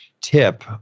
tip